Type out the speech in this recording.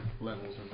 Levels